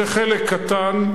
זה חלק קטן,